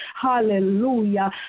Hallelujah